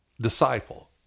disciple